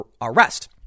arrest